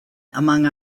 among